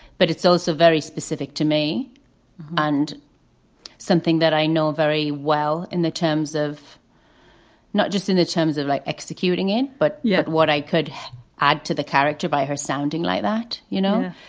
but it's also very specific to me and something that i know very well in the terms of not just in terms of like executing it, but yet what i could add to the character by her sounding like that, you know.